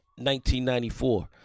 1994